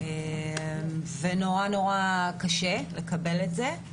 ונורא קשה לקבל את זה.